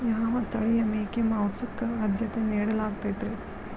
ಯಾವ ತಳಿಯ ಮೇಕೆ ಮಾಂಸಕ್ಕ, ಆದ್ಯತೆ ನೇಡಲಾಗತೈತ್ರಿ?